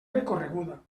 recorreguda